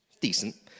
decent